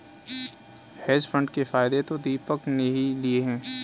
hedge fund के फायदे तो दीपक ने ही लिए है